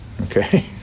Okay